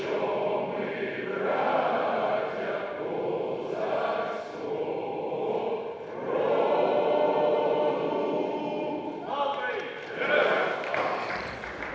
Дякую,